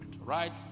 right